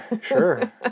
Sure